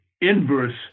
inverse